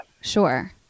Sure